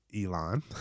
Elon